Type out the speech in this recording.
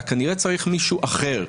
אתה כנראה צריך מישהו אחר.